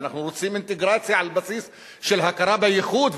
ואנחנו רוצים אינטגרציה על בסיס של הכרה בייחוד,